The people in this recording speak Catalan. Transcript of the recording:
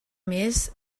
més